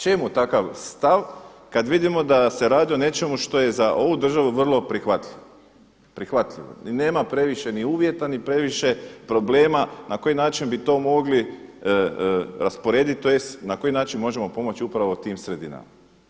Čemu takav stav kada vidimo da se radi o nečemu što je za ovu državu vrlo prihvatljivo, prihvatljivo i nema previše ni uvjeta ni previše problema na koji način bi to mogli rasporediti tj. na koji način možemo pomoći upravo tim sredinama.